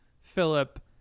Philip